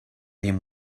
him